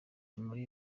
abenshi